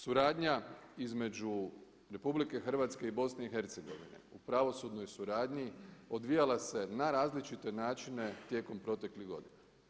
Suradnja između RH i BIH u pravosudnoj suradnji odvijala se na različite načine tijekom proteklih godina.